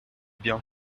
bien